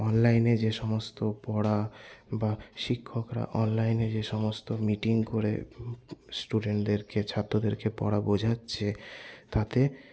অনলাইনে যে সমস্ত পড়া বা শিক্ষকরা অনলাইনে যে সমস্ত মিটিং করে স্টুডেন্টদেরকে ছাত্রদেরকে পড়া বোঝাচ্ছে তাতে